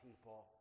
people